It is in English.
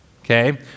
Okay